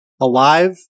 alive